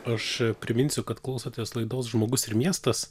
aš priminsiu kad klausotės laidos žmogus ir miestas